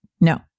No